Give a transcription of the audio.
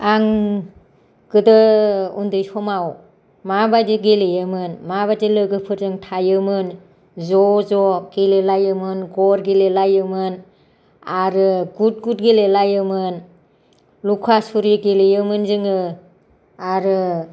आं गोदो उन्दै समाव माबायदि गेलेयोमोन माबायदि लोगोफोरजों थायोमोन ज' ज' गेले लायोमोन गर गेले लायोमोन आरो गुद गुद गेलेलायोमोन लुखा सुरि गेलेयोमोन जोङो आरो